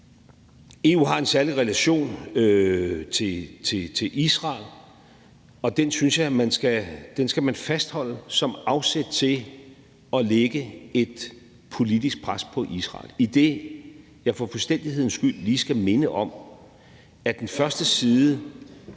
EU har en særlig relation til Israel, og den synes jeg man skal fastholde som afsæt til at lægge et politisk pres på Israel, idet jeg for fuldstændighedens skyld lige skal minde om, at den første sætning